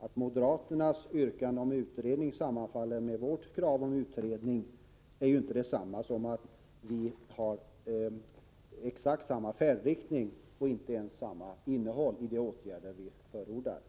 Att moderaternas yrkande om utredning sammanfaller med vårt krav på utredning betyder ju inte att vi har samma färdriktning eller ens samma uppfattning om innehållet i de åtgärder som förordas.